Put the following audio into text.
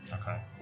Okay